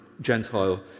Gentile